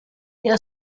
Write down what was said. der